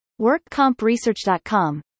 WorkCompResearch.com